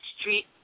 street